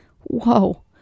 Whoa